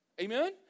Amen